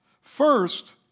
First